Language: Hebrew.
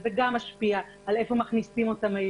וזה גם משפיע לאיפה מכניסים אותם.